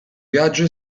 viaggio